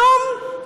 כלום.